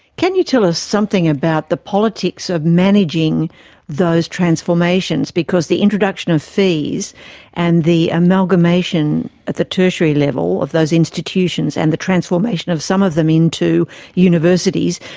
can you tell us something about the politics of managing those transformations, because the introduction of fees and the amalgamation at the tertiary level of those institutions and the transformation of some of them into universities,